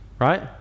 right